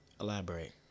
Elaborate